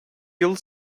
yıl